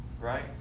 Right